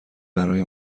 برای